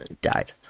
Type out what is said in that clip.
died